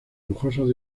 lujosos